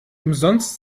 umsonst